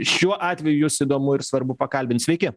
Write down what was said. šiuo atveju jus įdomu ir svarbu pakalbint sveiki